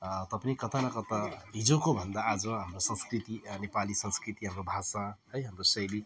तापनि कता न कता हिजोको भन्दा आज हाम्रो संस्कृति नेपाली संस्कृति हाम्रो भाषा है हाम्रो शैली